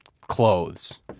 clothes